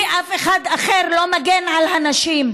כי אף אחד אחר לא מגן על הנשים,